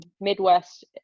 Midwest